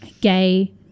gay